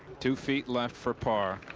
two feet left for par,